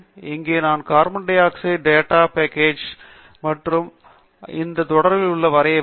இங்கே நான் carbon dioxide data package ஏற்ற மற்றும் நாம் இந்த தொடரில் வரைய வேண்டும்